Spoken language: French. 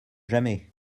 jamais